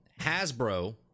Hasbro